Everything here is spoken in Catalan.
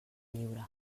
lliure